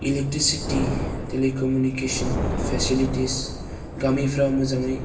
electricity telecommunication facilities गामिफ्रा मोजाङै